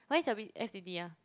when's your b_f_t_t ah